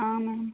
ఆ మేమ్